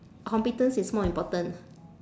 competence is more important